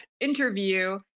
interview